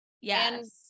yes